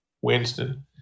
Winston